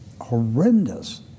horrendous